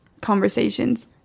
conversations